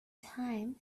time